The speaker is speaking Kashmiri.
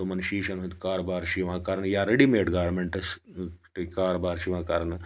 تِمَن شیٖشَن ہٕنٛدۍ کاربار چھُ یِوان کرنہٕ یا ریڈی میڈ گارمینٛٹٕس کاربار چھِ یِوان کرنہٕ